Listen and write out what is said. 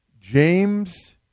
James